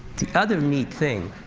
the other neat thing.